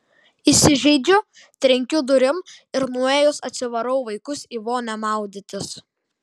įsižeidžiu trenkiu durim ir nuėjus atsivarau vaikus į vonią maudytis